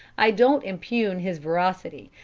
i don't impugn his veracity,